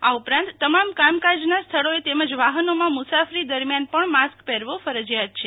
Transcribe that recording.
આ ઉપરાંત તમામ કામકાજના સ્થળીએ તેમજ વાહનોમાં મુ સાફરી દરમિયાન પણ માસ્ક પહેરવો ફરજીયાત છે